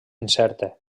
incerta